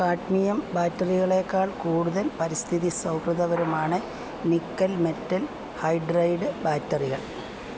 cadmium ബാറ്ററികളേക്കാൾ കൂടുതൽ പരിസ്ഥിതി സൗഹൃദപരമാണ് നിക്കൽ മെറ്റൽ ഹൈഡ്രൈഡ് ബാറ്ററികൾ